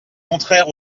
contraire